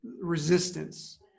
resistance